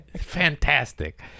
fantastic